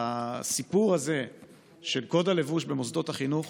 הסיפור הזה של קוד הלבוש במוסדות החינוך,